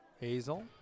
Hazel